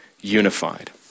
unified